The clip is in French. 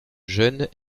jeune